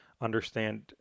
understand